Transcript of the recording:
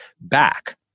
back